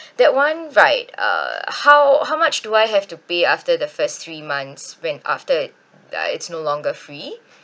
that one right uh how how much do I have to pay after the first three months when after it uh it's no longer free